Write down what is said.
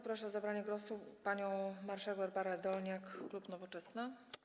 Proszę o zabranie głosu panią marszałek Barbarę Dolniak, klub Nowoczesna.